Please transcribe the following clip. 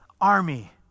army